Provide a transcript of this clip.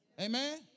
Amen